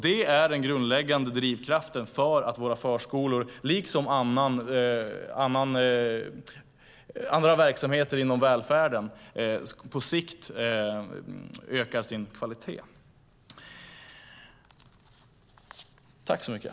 Det är den grundläggande drivkraften för att våra förskolor, liksom andra verksamheter inom välfärden, på sikt ska höja kvaliteten.